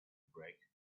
break